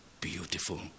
beautiful